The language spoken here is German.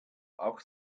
auch